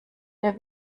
der